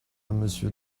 monsieur